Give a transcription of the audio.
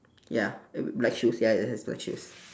ya black shoes ya he has black shoes